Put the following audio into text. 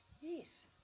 Yes